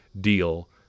deal